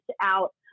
out